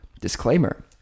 Disclaimer